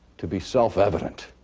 to be self-evident.